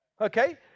Okay